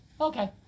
okay